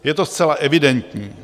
Je to zcela evidentní.